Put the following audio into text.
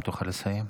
אם תוכל לסיים.